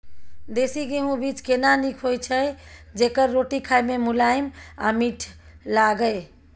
देसी गेहूँ बीज केना नीक होय छै जेकर रोटी खाय मे मुलायम आ मीठ लागय?